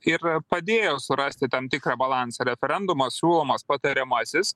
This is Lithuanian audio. ir padėjo surasti tam tikrą balansą referendumas siūlomas patariamasis